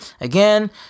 Again